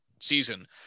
season